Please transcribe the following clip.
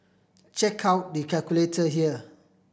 check out the calculator here